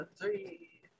three